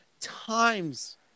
times